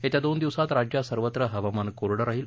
येत्या दोन दिवसात राज्यात सर्वत्र हवामान कोरडं राहिलं